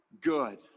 good